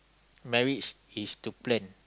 marriage is to plan